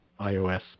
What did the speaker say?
iOS